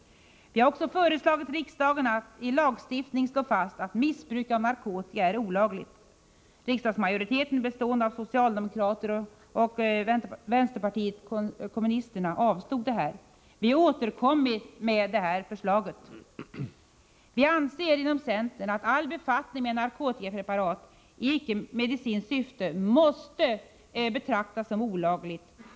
Vi har också föreslagit riksdagen att i lag slå fast att missbruk av narkotika är olagligt. Riksdagsmajoriteten, bestående av socialdemokraterna och vänsterpartiet kommunisterna, avslog detta förslag, men vi har återkommit med det. Centerpartiet anser att all befattning med narkotikapreparat i ickemedicinskt syfte måste betraktas som olaglig.